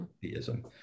theism